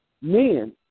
men